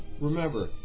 remember